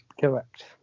correct